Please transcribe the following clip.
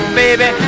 baby